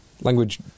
language